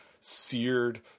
seared